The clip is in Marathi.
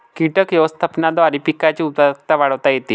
कीटक व्यवस्थापनाद्वारे पिकांची उत्पादकता वाढवता येते